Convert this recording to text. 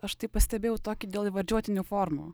aš tai pastebėjau tokį dėl įvardžiuotinių formų